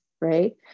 right